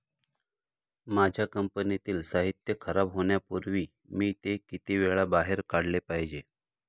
माझ्या कंपनीतील साहित्य खराब होण्यापूर्वी मी ते किती वेळा बाहेर काढले पाहिजे?